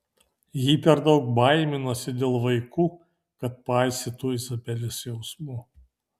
ji per daug baiminosi dėl vaikų kad paisytų izabelės jausmų